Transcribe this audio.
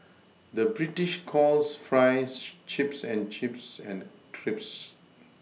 the British calls Fries Chips and Chips and Crisps